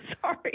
sorry